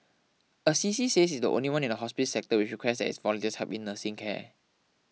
Assisi says it is the only one in the hospice sector which requests its volunteers help in nursing care